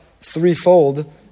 threefold